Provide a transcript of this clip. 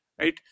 right